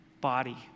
body